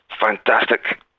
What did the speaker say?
fantastic